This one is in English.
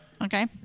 Okay